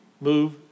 move